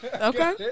Okay